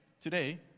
today